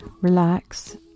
relax